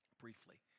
briefly